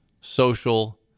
social